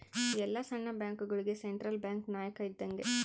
ಎಲ್ಲ ಸಣ್ಣ ಬ್ಯಾಂಕ್ಗಳುಗೆ ಸೆಂಟ್ರಲ್ ಬ್ಯಾಂಕ್ ನಾಯಕ ಇದ್ದಂಗೆ